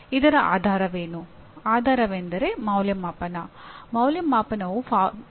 ಈಗ ಇಲ್ಲಿ ಒಂದು ದೊಡ್ಡ ಪ್ರಶ್ನೆ ಬರುತ್ತದೆ